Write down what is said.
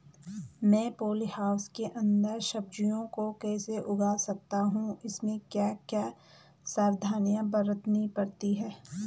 मैं poly house के अन्दर सब्जियों को कैसे उगा सकता हूँ इसमें क्या क्या सावधानियाँ बरतनी पड़ती है?